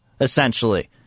essentially